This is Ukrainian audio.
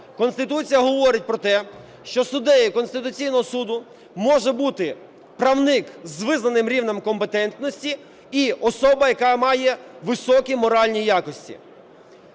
Конституція говорить про те, що суддею Конституційного Суду може бути правник з визнаним рівнем компетентності, і особа, яка має високі моральні якості.